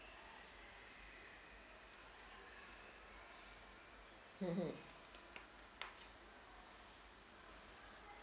mm mm